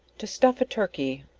to stuff a turkey.